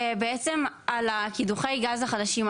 בעצם על קידוחי הגז החדשים,